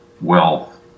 wealth